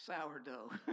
sourdough